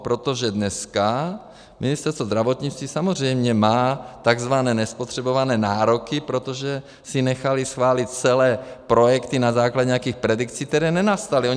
Protože dneska Ministerstvo zdravotnictví samozřejmě má takzvané nespotřebované nároky, protože si nechali schválit celé projekty na základě nějakých predikcí, které nenastaly.